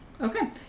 Okay